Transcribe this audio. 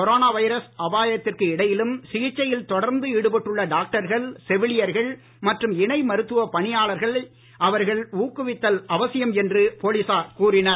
corona virus அபாயத்திற்கு இடையிலும் சிகிச்சையில் தொடர்ந்து ஈடுபட்டுள்ள டாக்டர்கள் செவிலியர்கள் மற்றும் இணை மருத்துவப் பணியாளர்களை அனைவரும் ஊக்குவித்தல் அவசியம் என்றும் போலீசார் கூறினர்